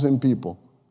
people